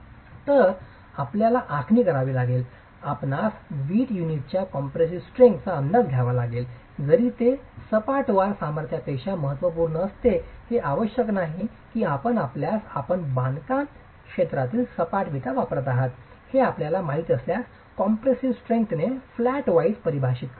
तर आपल्याला आखणी करावी लागेल आपणास वीट युनिटच्या कॉम्प्रेसीव स्ट्रेंग्थ चा अंदाज घ्यावा लागेल जरी ते सपाट वार सामर्थ्यापेक्षा महत्त्वपूर्ण नसते हे आवश्यक आहे की आपण असल्यास आपण बांधकाम क्षेत्रातील सपाट विटा वापरत आहात हे आपल्याला माहित असल्यास कॉम्प्रेसीव स्ट्रेंग्थने फ्लॅट वाईज परिभाषित करा